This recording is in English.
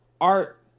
art